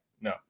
No